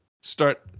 start